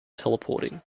teleporting